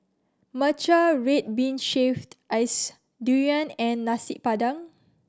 matcha red bean shaved ice durian and Nasi Padang